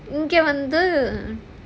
இங்க வந்து:inga vandhu